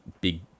big